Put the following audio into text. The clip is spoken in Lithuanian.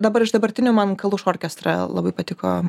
dabar iš dabartinių man kaluš orkestra labai patiko